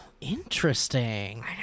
interesting